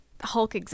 Hulk